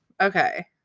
Okay